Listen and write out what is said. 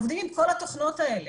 עובדים עם כל התוכנות האלה,